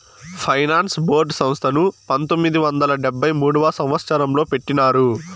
finance board సంస్థను పంతొమ్మిది వందల డెబ్భై మూడవ సంవచ్చరంలో పెట్టినారు